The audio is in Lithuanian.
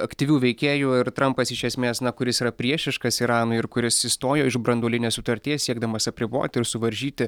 aktyvių veikėjų ir trampas iš esmės na kuris yra priešiškas iranui ir kuris išstojo iš branduolinės sutarties siekdamas apriboti ir suvaržyti